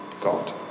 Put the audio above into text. God